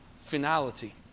finality